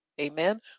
Amen